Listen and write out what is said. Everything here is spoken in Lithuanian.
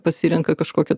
pasirenka kažkokią